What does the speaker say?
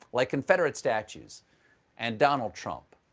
like confederate statues and donald trump.